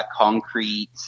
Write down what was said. concrete